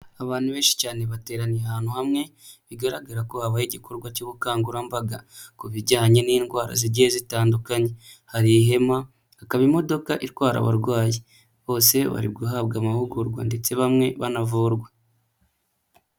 Abantu benshi cyane bateraniye ahantu hamwe bigaragara ko habaye igikorwa cy'ubukangurambaga ku bijyanye n'indwara zigiye zitandukanye, hari ihema, hakaba imodoka itwarara abarwayi, bose bari guhabwa amahugurwa ndetse bamwe banavurwa.